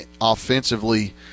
offensively